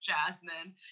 Jasmine